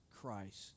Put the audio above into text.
Christ